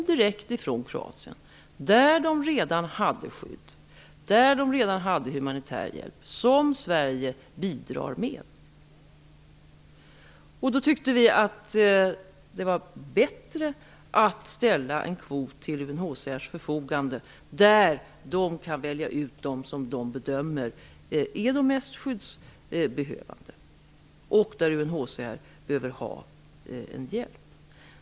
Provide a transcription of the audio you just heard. Där hade de redan skydd och humanitär hjälp som Sverige bidrar till. Då tyckte vi att det var bättre att ställa en kvot till UNHCR:s förfogande där de kan välja ut dem som bedöms vara de mest skyddsbehövande och där UNHCR behöver hjälp.